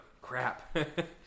Crap